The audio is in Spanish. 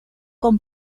con